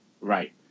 Right